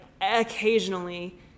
occasionally